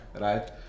right